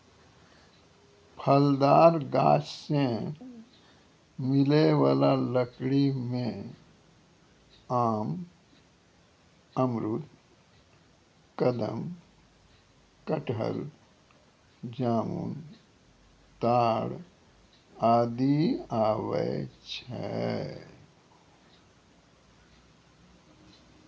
फलदार गाछ सें मिलै वाला लकड़ी में आम, अमरूद, कदम, कटहल, जामुन, ताड़ आदि आवै छै